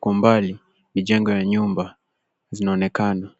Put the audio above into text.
Kwa mbali mijengo ya nyumba inaonekana.